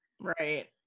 Right